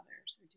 others